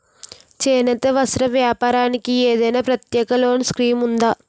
చేనేత వస్త్ర వ్యాపారానికి ఏదైనా ప్రత్యేక లోన్ స్కీం ఉందా?